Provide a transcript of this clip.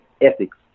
ethics